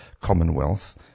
commonwealth